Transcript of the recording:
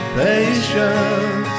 patience